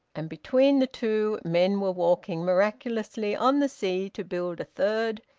and, between the two, men were walking miraculously on the sea to build a third,